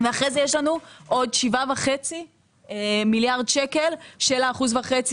ואחרי זה יש לנו עוד 7.5 מיליארד שקל של אחוז וחצי